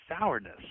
sourness